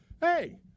hey